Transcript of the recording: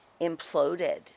imploded